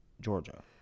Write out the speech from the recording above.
Georgia